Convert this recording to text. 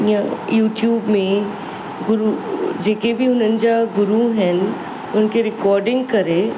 या यूट्यूब में गुरु जेके बि हुननि जा गुरु आहिनि उन खे रिकॉडिंग करे